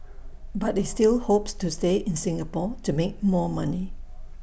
but he still hopes to stay in Singapore to make more money